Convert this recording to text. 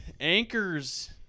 Anchors